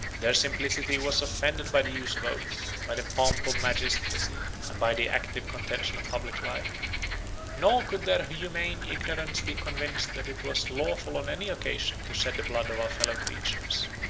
their simplicity was offended by the use of oaths, by the pomp of magistracy, and by the active contention of public life nor could their humane ignorance be convinced that it was lawful on any occasion to shed the blood of our fellow-creatures,